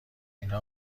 اینها